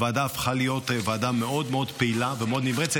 משקיעה ונותנת